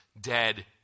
dead